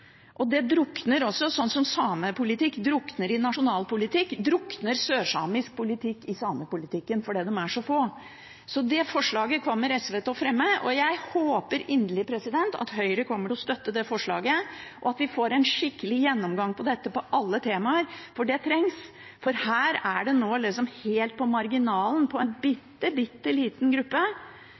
og det drukner også – sånn som samepolitikk drukner i nasjonal politikk, drukner sørsamisk politikk i samepolitikken fordi sørsamene er så få. Det forslaget kommer SV til å fremme, og jeg håper inderlig at Høyre kommer til å støtte det forslaget, og at vi får en skikkelig gjennomgang av dette, av alle temaer. Det trengs, for her er det nå – helt på det marginale – en bitte liten gruppe